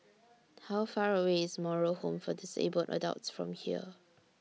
How Far away IS Moral Home For Disabled Adults from here